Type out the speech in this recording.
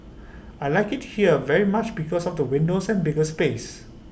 I Like IT here very much because of the windows and bigger space